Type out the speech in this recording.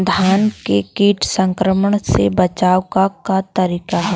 धान के कीट संक्रमण से बचावे क का तरीका ह?